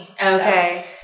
Okay